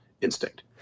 instinct